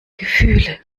gefühle